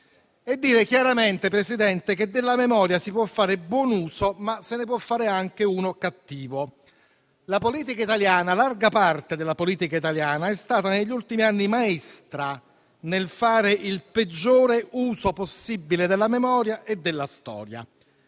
e dire chiaramente, Presidente, che della memoria si può fare buon uso, ma se ne può fare anche uno cattivo. La politica italiana, larga parte della politica italiana è stata negli ultimi anni maestra nel fare il peggior uso possibile della memoria e della storia.